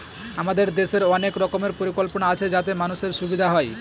আমাদের দেশের অনেক রকমের পরিকল্পনা আছে যাতে মানুষের সুবিধা হয়